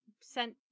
sent